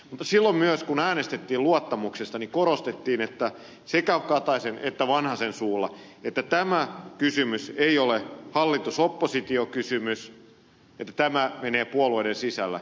mutta silloin myös kun äänestettiin luottamuksesta korostettiin sekä kataisen että vanhasen suulla että tämä kysymys ei ole hallitusoppositio kysymys että tämä menee puolueiden sisällä